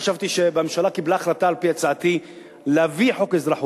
חשבתי שהממשלה קיבלה הצעה על-פי הצעתי להביא חוק אזרחות.